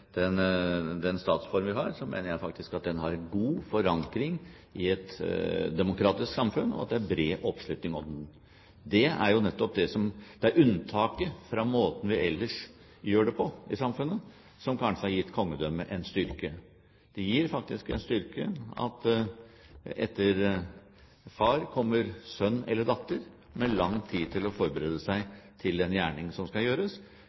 et demokratisk samfunn, og at det er bred oppslutning om den. Det er unntaket fra måten vi ellers gjør det på i samfunnet, som kanskje har gitt kongedømmet en styrke. Det gir faktisk en styrke at etter far kommer sønn eller datter, med lang tid til å forberede seg til den gjerning som skal gjøres,